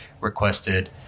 requested